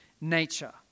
nature